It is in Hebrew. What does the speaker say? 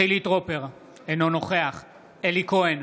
חילי טרופר, אינו נוכח אלי כהן,